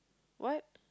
what